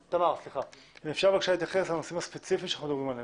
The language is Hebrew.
אם אפשר להתייחס לנושאים הספציפיים עליהם אנחנו מדברים.